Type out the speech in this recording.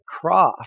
cross